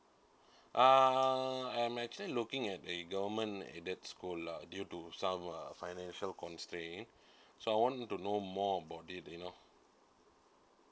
uh I'm actually looking at the government aided school lah due to some uh financial constrained so I want to know more about it you know